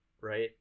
Right